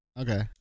Okay